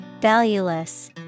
Valueless